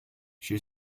she